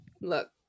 Look